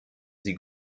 sie